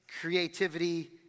creativity